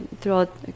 throughout